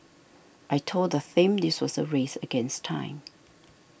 I told the thing this was a race against time